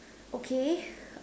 okay